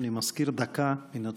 אני מזכיר, דקה מן הצד.